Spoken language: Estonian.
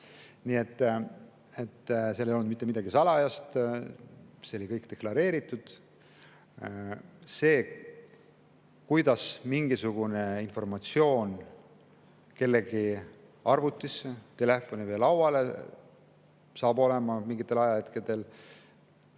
Seal ei olnud mitte midagi salajast, see oli kõik deklareeritud. See, kuidas mingisugune informatsioon kellegi arvutisse, telefoni, lauale mingitel ajahetkedel